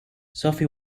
sophie